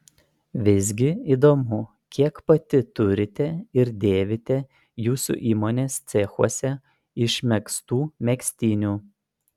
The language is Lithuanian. visgi įdomu kiek pati turite ir dėvite jūsų įmonės cechuose išmegztų megztinių